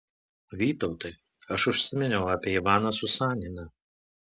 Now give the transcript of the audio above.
vytautai aš užsiminiau apie ivaną susaniną